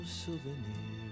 souvenir